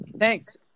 Thanks